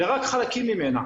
אלא רק חלקים ממנה.